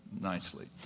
nicely